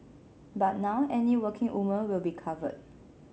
but now any working woman will be covered